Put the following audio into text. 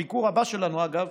הביקור הבא שלנו, אגב,